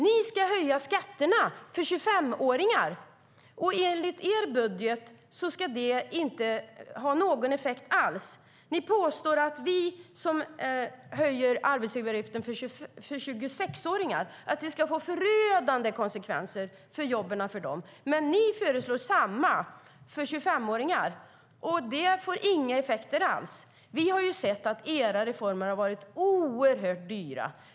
Ni vill höja skatterna för 25-åringar, och enligt er budget ska det inte ha någon effekt alls. Ni påstår att om vi höjer arbetsgivaravgiften för 26-åringar får det förödande konsekvenser för jobben för dem, men när ni föreslår samma sak för 25-åringar får det inga effekter alls. Vi har sett att era reformer har varit oerhört dyra.